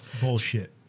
Bullshit